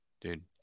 dude